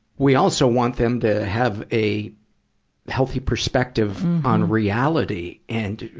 we also want them to have a healthy perspective on reality. and,